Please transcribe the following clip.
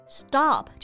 stop